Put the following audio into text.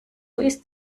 ist